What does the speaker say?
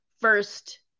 first